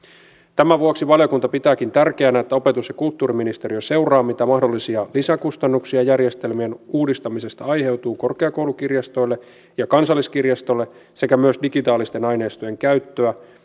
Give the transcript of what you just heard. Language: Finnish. tämän vuoksi valiokunta pitääkin tärkeänä että opetus ja kulttuuriministeriö seuraa sitä mitä mahdollisia lisäkustannuksia järjestelmien uudistamisesta aiheutuu korkeakoulukirjastoille ja kansalliskirjastolle sekä digitaalisten aineistojen käyttöä